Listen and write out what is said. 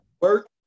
work